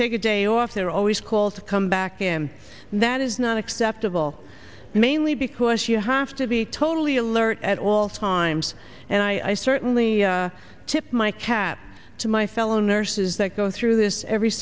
take a day off they're always called to come back and that is not acceptable mainly because you have to be totally alert at all times and i certainly tip my cap to my fellow nurses that go through this every